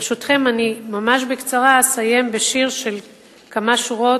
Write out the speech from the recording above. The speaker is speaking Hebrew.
ברשותכם, ממש בקצרה, אסיים בשיר של כמה שורות,